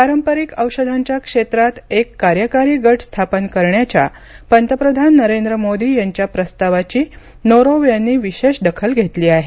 पारंपरिक औषधांच्या क्षेत्रात एक कार्यकारी गट स्थापन करण्याच्या पंतप्रधान नरेंद्र मोदी यांच्या प्रस्तावाची नोरोव यांनी विशेष दखल घेतली आहे